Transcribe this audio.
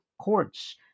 courts